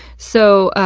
so,